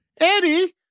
Eddie